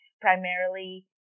primarily